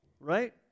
right